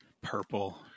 purple